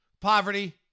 poverty